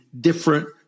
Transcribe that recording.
different